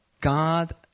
God